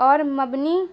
پر مبنی